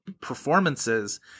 performances